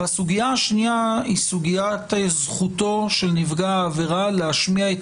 והסוגיה השנייה היא סוגיית זכותו של נפגע העבירה להשמיע את